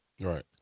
Right